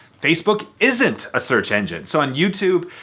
facebook isn't a search engine. so on youtube,